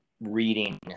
reading